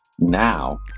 Now